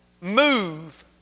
move